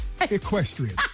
Equestrian